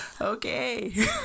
Okay